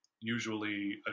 usually